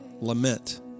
Lament